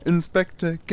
Inspector